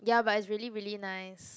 ya but it's really really nice